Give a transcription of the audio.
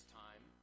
time